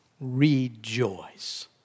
Rejoice